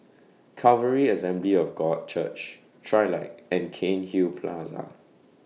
Calvary Assembly of God Church Trilight and Cairnhill Plaza